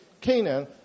Canaan